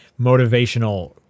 motivational